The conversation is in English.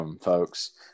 folks